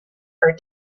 are